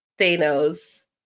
Thanos